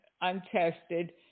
untested